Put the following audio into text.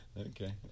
okay